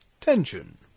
Tension